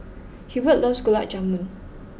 Hubert loves Gulab Jamun